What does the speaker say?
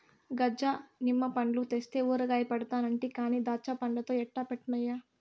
గజ నిమ్మ పండ్లు తెస్తే ఊరగాయ పెడతానంటి కానీ దాచ్చాపండ్లతో ఎట్టా పెట్టన్నయ్యా